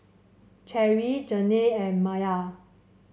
Cherry Janae and Maye